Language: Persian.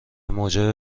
موجب